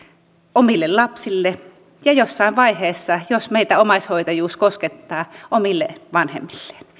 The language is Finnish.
omille lapsilleen ja jossain vaiheessa jos meitä omaishoitajuus koskettaa omille vanhemmilleen